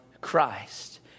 Christ